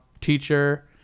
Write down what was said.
teacher